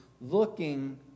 looking